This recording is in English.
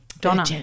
Donna